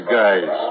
guys